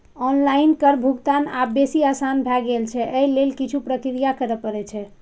online कर भुगतान आब बेसी आसान भए गेल छै, अय लेल किछु प्रक्रिया करय पड़ै छै